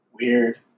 Weird